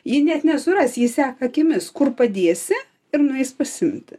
ji net nesuras jį seka akimis kur padėsi ir nueis pasiimti